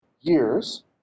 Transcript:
years